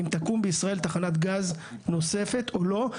אם תקום בישראל תחנת גז נוספת או לא,